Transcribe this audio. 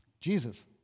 Jesus